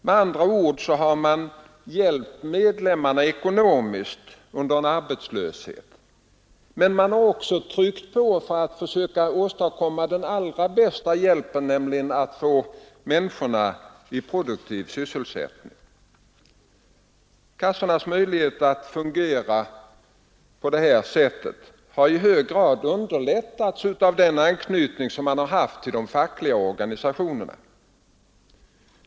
Man har med andra ord hjälpt medlemmarna ekonomiskt under en arbetslöshet, men man har också tryckt på för att försöka åstadkomma den allra bästa hjälpen, nämligen att få in människorna i produktiv sysselsättning. Kassornas möjligheter att fungera på det här sättet har i hög grad underlättats av den anknytning man har haft till de fackliga organisationerna.